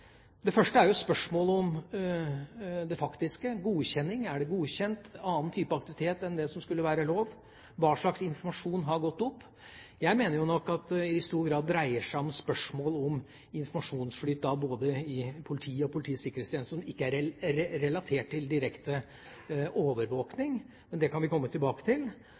Det første er spørsmålet om det faktiske – godkjenning. Er det godkjent annen type aktivitet enn det som skulle være lov? Hva slags informasjon har gått opp? Jeg mener nok at det i stor grad dreier seg om spørsmål om informasjonsflyt både i politiet og Politiets sikkerhetstjeneste som ikke er relatert til direkte overvåkning. Men det kan vi komme tilbake til.